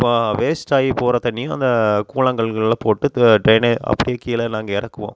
இப்போது வேஸ்டாகி போகிற தண்ணியும் அந்த கூழாங்கல்களெலாம் போட்டு ட்ரைனே அப்படியே கீழே நாங்கள் இறக்குவோம்